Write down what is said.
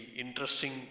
interesting